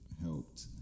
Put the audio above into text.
helped